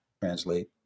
translate